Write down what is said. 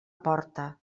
porta